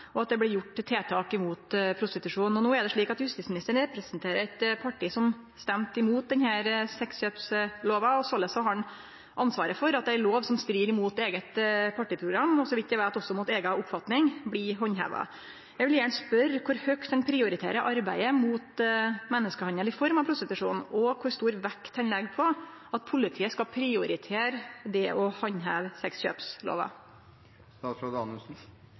vesentleg at lova blir handheva, og at det blir sett inn tiltak mot prostitusjon. Justisministeren representerer eit parti som stemde imot denne sexkjøpslova, og såleis har han ansvaret for at ei lov som strir imot eige partiprogram, og, så vidt eg veit, også imot eiga oppfatning, blir handheva. Eg vil gjerne spørje kor høgt han prioriterer arbeidet mot menneskehandel i form av prostitusjon, og kor stor vekt han legg på at politiet skal prioritere det å handheve